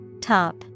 Top